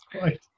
right